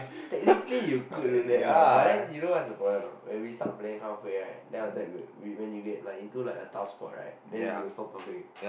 technically you could do that lah but then you know what's the problem or not when we start playing half way right then after that we when you get into a tough spot right then you will stop talking